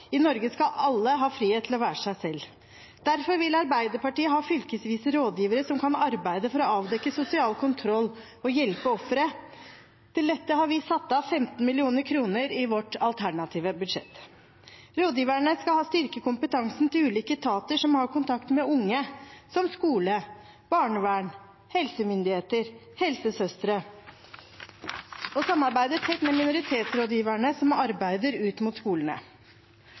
I Norge skal alle ha frihet til å være seg selv. Derfor vil Arbeiderpartiet ha fylkesvise rådgivere som kan arbeide for å avdekke sosial kontroll og hjelpe ofre. Til dette har vi satt av 15 mill. kr i vårt alternative budsjett. Rådgiverne skal styrke kompetansen til ulike etater som har kontakt med unge, som skole, barnevern, helsemyndigheter og helsesøstre, og samarbeide tett med minoritetsrådgiverne som arbeider ut mot skolene.